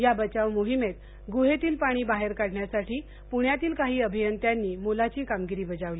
या बचाव मोहिमेत गुहेतील पाणी बाहेर काढण्यासाठी पुण्यातील काही अभियंत्यांनी मोलाची कामगिरी बजावली